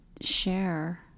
share